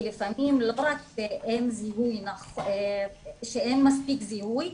כי לפעמים לא רק שאין מספיק זיהוי,